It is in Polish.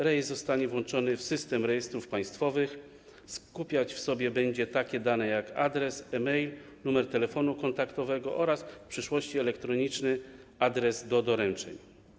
Rejestr zostanie włączony w System Rejestrów Państwowych, będzie skupiać w sobie takie dane jak adres, e-mail, numer telefonu kontaktowego oraz - w przyszłości - elektroniczny adres do doręczeń.